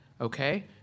okay